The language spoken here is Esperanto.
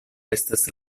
estas